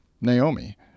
Naomi